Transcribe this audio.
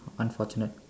unfortunate